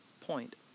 point